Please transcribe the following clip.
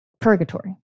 Purgatory